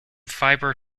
fibre